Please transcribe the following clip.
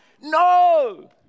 No